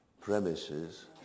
premises